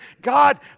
God